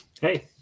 Hey